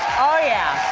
oh, yeah.